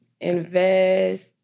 invest